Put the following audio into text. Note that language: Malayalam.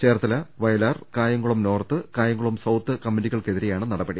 ചേർത്തല വയലാർ കായംകുളം നോർത്ത് കായംകുളം സൌത്ത് കമ്മി റ്റികൾക്കെതിരെയാണ് നടപടി